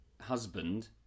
husband